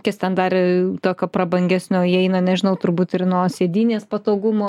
kas ten dar tokio prabangesnio įeina nežinau turbūt ir nuo sėdynės patogumo